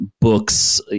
books